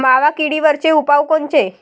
मावा किडीवरचे उपाव कोनचे?